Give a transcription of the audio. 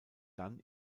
dann